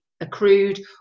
accrued